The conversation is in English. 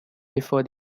before